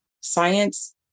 science